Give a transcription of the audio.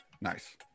Nice